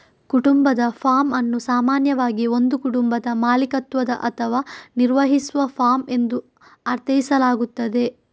ಕುಟುಂಬದ ಫಾರ್ಮ್ ಅನ್ನು ಸಾಮಾನ್ಯವಾಗಿ ಒಂದು ಕುಟುಂಬದ ಮಾಲೀಕತ್ವದ ಅಥವಾ ನಿರ್ವಹಿಸುವ ಫಾರ್ಮ್ ಎಂದು ಅರ್ಥೈಸಲಾಗುತ್ತದೆ